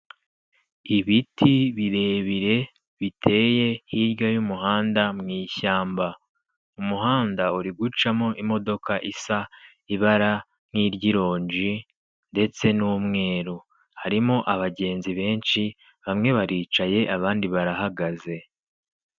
Ibiti birebire biteye hirya y'umuhanda mu ishyamba, umuhanda uri gucamo imodoka isa ibara nk'iry'ironji ndetse n'umweru, harimo abagenzi benshi, bamwe baricaye abandi barahagaze.